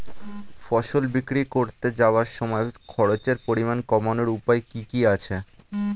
ফসল বিক্রি করতে যাওয়ার সময় খরচের পরিমাণ কমানোর উপায় কি কি আছে?